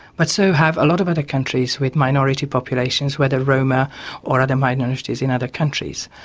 but so have a lot of other countries with minority populations, whether roma or other minorities in other countries.